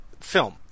film